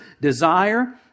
desire